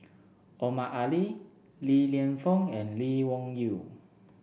Omar Ali Li Lienfung and Lee Wung Yew